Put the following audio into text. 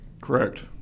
Correct